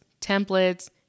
templates